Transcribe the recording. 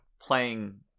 playing